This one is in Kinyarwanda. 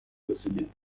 gasegereti